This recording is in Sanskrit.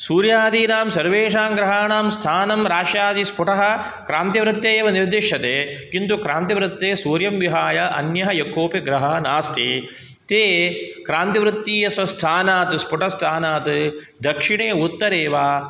सूर्यादीनां सर्वेषां ग्रहाणां स्थानं राश्यादिस्फुटः क्रान्तिवृत्ते एव निर्दिश्यते किन्तु क्रान्तिवृत्ते सूर्यं विहाय अन्यः यः कोऽपि ग्रहः नास्ति ते क्रान्तिवृत्तीयस्वस्थानात् स्फुटस्थानात् दक्षिणे उत्तरे वा